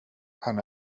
han